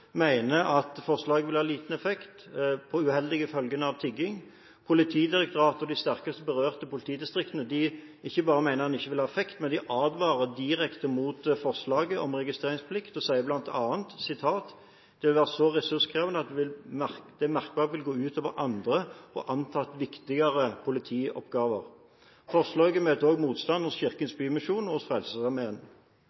at forslaget vil ha liten effekt for de uheldige følgene av tigging. Politidirektoratet og de sterkest berørte politidistriktene mener ikke bare at forslaget om registreringsplikt vil ha liten effekt, men de advarer mot forslaget. De sier bl.a. at det «vil være så ressurskrevende at det merkbart vil gå ut over andre og antatt viktigere politioppgaver.» Forslaget møter også motstand i Kirkens